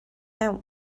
out